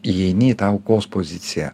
įeini į tą aukos poziciją